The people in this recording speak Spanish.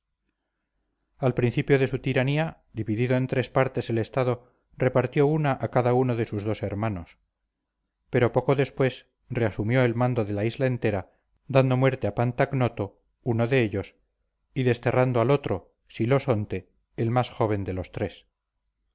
al principio de su tiranía dividido en tres partes el estado repartió una a cada uno de sus dos hermanos pero poco después reasumió el mando de la isla entera dando muerte a pantagnoto uno de ellos y desterrando al otro silosonte el más joven de los tres